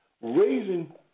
Raising